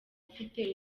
afite